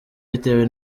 bitewe